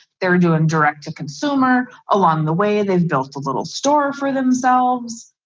they're doing direct to consumer, along the way. they've built a little store for themselves.